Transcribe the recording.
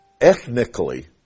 Ethnically